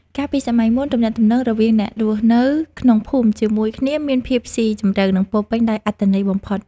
កាលពីសម័យមុន ទំនាក់ទំនងរវាងអ្នករស់នៅក្នុងភូមិជាមួយគ្នាមានភាពស៊ីជម្រៅ និងពោរពេញដោយអត្ថន័យបំផុត។